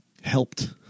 helped